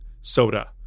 soda